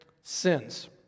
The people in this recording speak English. sins